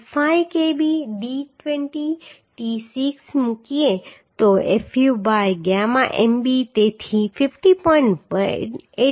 5 Kb d 20 t 6 મૂકીએ તો fu by gamma mb તેથી 50